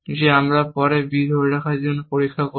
যে আমরা পরে b ধরে রাখার জন্য পরীক্ষা করব